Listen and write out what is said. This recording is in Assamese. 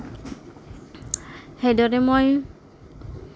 সেইদৰে মই